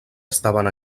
estaven